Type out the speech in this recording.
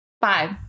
five